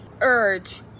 urge